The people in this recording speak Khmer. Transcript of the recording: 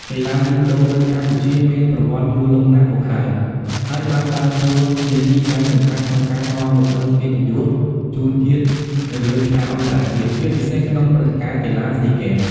កីឡាយូដូនៅកម្ពុជាមានប្រវត្តិយូរលង់ណាស់មកហើយ ហើយបានដើរតួនាទីយ៉ាងសំខាន់ក្នុងការនាំមកនូវកិត្តិយសជូនជាតិនៅលើឆាកអន្តរជាតិ ជាពិសេសក្នុងព្រឹត្តិការណ៍កីឡាស៊ីហ្គេម ។